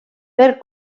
per